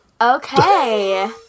Okay